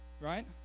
Right